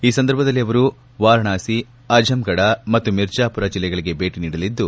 ಈ ಸಂದರ್ಭದಲ್ಲಿ ಅವರು ವಾರಣಾಸಿ ಅಜಂಘಡ ಮತ್ತು ಮಿರ್ಣಾಮರ ಜಿಲ್ಲೆಗಳಿಗೆ ಭೇಟ ನೀಡಲಿದ್ದು